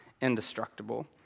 indestructible